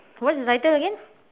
what is the title again